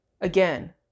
Again